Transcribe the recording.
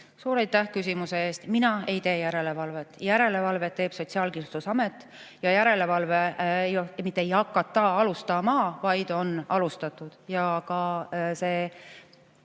Suur aitäh küsimuse eest! Mina ei tee järelevalvet. Järelevalvet teeb Sotsiaalkindlustusamet. Ja järelevalvet mitte ei hakata alustama, vaid see on alustatud.